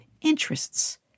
interests